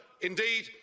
Indeed